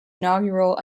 inaugural